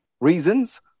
Reasons